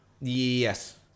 Yes